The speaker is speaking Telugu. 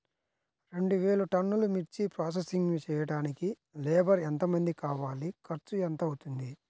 రెండు వేలు టన్నుల మిర్చి ప్రోసెసింగ్ చేయడానికి లేబర్ ఎంతమంది కావాలి, ఖర్చు ఎంత అవుతుంది?